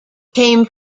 came